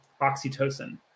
oxytocin